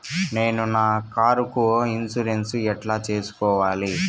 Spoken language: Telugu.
నేను నా కారుకు ఇన్సూరెన్సు ఎట్లా సేసుకోవాలి